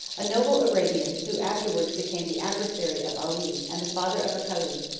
a noble arabian, who afterwards became the adversary of ali, and the father of a caliph,